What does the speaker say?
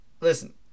Listen